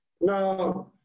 Now